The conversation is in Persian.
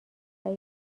اگه